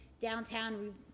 downtown